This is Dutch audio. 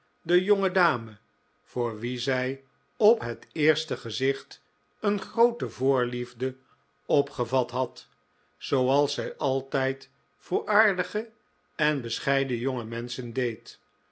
de jonge dame voor wie zij op het eerste gezicht een groote voorliefde opgevat had zooals zij altijd voor aardige en bescheiden jonge menschen